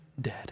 dead